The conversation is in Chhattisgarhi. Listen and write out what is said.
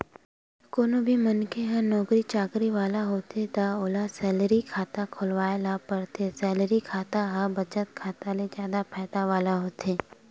कोनो भी मनखे ह नउकरी चाकरी वाला होथे त ओला सेलरी खाता खोलवाए ल परथे, सेलरी खाता ह बचत खाता ले जादा फायदा वाला होथे